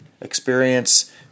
Experience